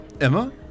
Emma